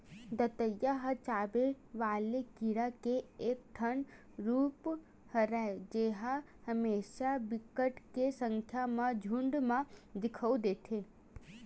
दतइया ह चाबे वाले कीरा के एक ठन रुप हरय जेहा हमेसा बिकट के संख्या म झुंठ म दिखउल देथे